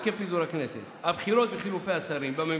עקב פיזור הכנסת, הבחירות וחילופי השרים בממשלה,